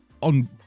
on